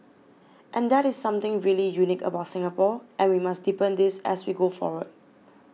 and that is something really unique about Singapore and we must deepen this as we go forward